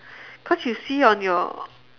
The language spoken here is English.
cause you see on your